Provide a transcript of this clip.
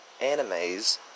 animes